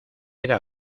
era